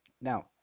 Now